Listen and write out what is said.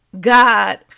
God